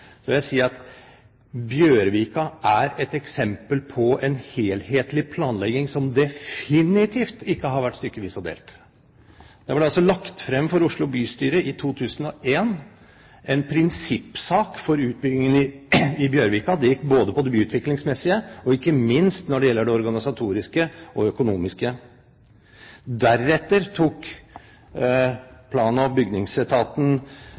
Jeg vil si at Bjørvika er et eksempel på en helhetlig planlegging som definitivt ikke har vært stykkevis og delt. Det ble lagt frem for Oslo bystyret i 2001 en prinsippsak om utbyggingen i Bjørvika. Det gikk på både det byutviklingsmessige og ikke minst det organisatoriske og økonomiske. Deretter tok Plan- og bygningsetaten